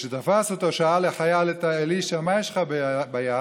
כשתפס אותו שאל החייל את אלישע: מה יש לך ביד?